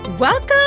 Welcome